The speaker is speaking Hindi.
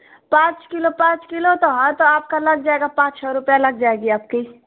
पाँच किलो पाँच किलो तो हाँ तो आपका लग जाएगा पाँच हज़ार रुपया लग जाएगी आपकी